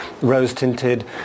rose-tinted